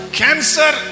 cancer